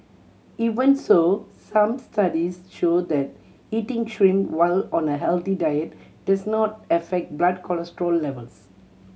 even so some studies show that eating shrimp while on a healthy diet does not affect blood cholesterol levels